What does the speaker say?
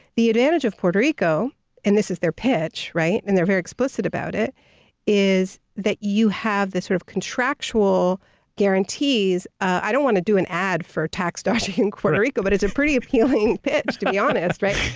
the advantage of puerto rico and this is their pitch and they're very explicit about it is that you have this sort of contractual guarantees. i don't want to do an ad for tax dodging in puerto rico, but it's a pretty appealing pitch to be honest, right?